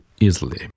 Easily